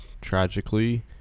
tragically